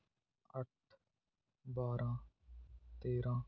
ਅੱਠ ਬਾਰਾਂ ਤੇਰਾਂ